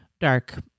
dark